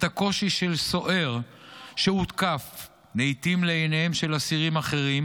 שוו לעצמכם את הקושי של סוהר שהותקף לעיתים לעיניהם של אסירים אחרים,